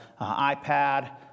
iPad